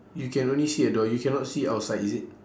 you can only see a door you cannot see outside is it